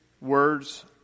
words